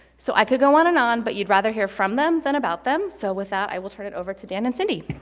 so i could go on and on, but you'd rather hear from them than about them, so with that, i will turn it over to dan and cindy.